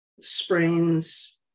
sprains